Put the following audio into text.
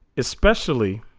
especially